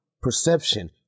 perception